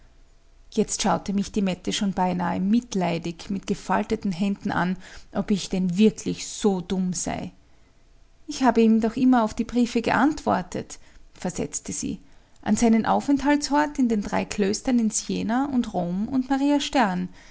jetzt schaute mich die mette schon beinahe mitleidig mit gefalteten händen an ob ich denn wirklich so dumm sei ich habe ihm doch immer auf die briefe geantwortet versetzte sie an seinen aufenthaltsort in den drei klöstern in siena und rom und maria stern